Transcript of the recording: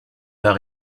par